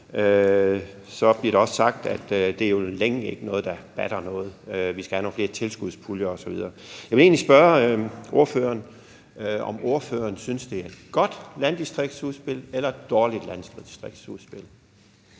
Så bliver der også sagt, at det ikke er noget, der batter noget, og at vi skal have nogle flere tilskudspuljer osv. Jeg vil egentlig spørge ordføreren, om ordføreren synes, det er et godt eller et dårligt landdistriktsudspil.